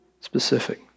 specific